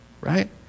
right